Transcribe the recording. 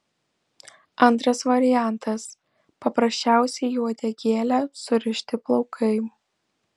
antras variantas paprasčiausiai į uodegėlę surišti plaukai